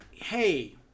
hey